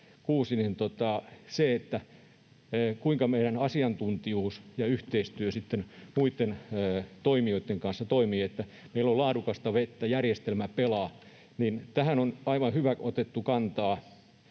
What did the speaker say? kuinka meidän asiantuntijuus ja yhteistyö muitten toimijoitten kanssa toimii, niin että meillä on laadukasta vettä ja järjestelmä pelaa, on otettu kantaa,